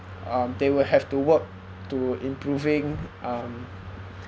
um they will have to work to improving um